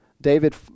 David